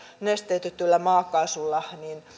nesteytetyllä maakaasulla suomalaiset